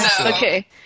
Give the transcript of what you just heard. Okay